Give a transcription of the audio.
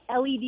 LED